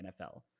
NFL